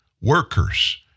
workers